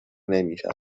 نمیشود